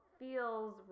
feels